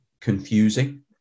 confusing